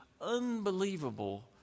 unbelievable